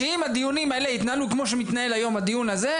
שאם הדיונים האלה התנהלו כמו שמתנהל היום הדיון הזה,